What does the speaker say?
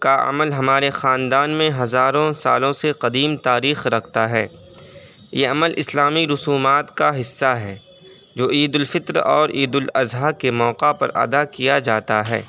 کا عمل ہمارے خاندان میں ہزاروں سالوں سے قدیم تاریخ رکھتا ہے یہ عمل اسلامی رسومات کا حصہ ہے جو عید الفطر اور عید الاضحیٰ کے موقع پر ادا کیا جاتا ہے